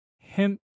hemp